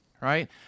right